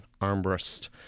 Armbrust